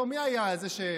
לא, מי היה זה,